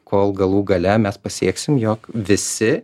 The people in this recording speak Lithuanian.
kol galų gale mes pasieksim jog visi